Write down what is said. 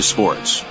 Sports